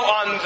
on